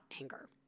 anger